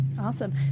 awesome